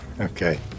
Okay